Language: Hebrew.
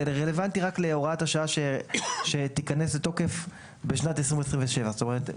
רלוונטי רק להוראת השעה שתיכנס לתוקף בשנת 2027. זאת אומרת,